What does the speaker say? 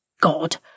God